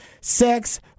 sex-